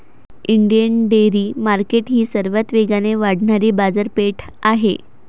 Indian dairy market ही सर्वात वेगाने वाढणारी बाजारपेठ आहे